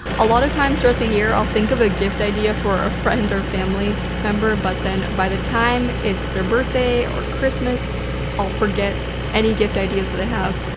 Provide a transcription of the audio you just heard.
a lot of times throughout the year, i'll think of a gift idea for a friend or family member but then by the time it's their birthday or christmas i'll forget any gift ideas that i have.